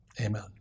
Amen